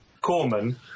Corman